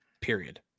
period